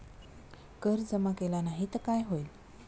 कर जमा केला नाही तर काय होईल?